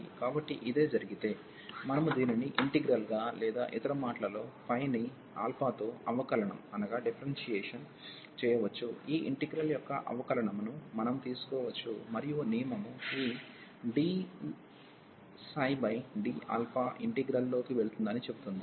కాబట్టి ఇదే జరిగితే మనము దీనిని ఇంటిగ్రల్ గా లేదా ఇతర మాటలలో ని తో అవకలనం చేయవచ్చు ఈ ఇంటిగ్రల్ యొక్క అవకలనము ను మనం తీసుకోవచ్చు మరియు నియమము ఈ dd ఇంటిగ్రల్లోకి వెళుతుందని చెబుతుంది